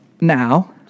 Now